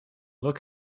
look